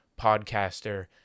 podcaster